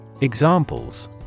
Examples